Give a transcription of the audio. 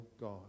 God